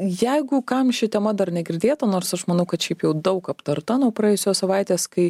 jeigu kam ši tema dar negirdėta nors aš manau kad šiaip jau daug aptarta nuo praėjusios savaitės kai